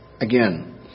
Again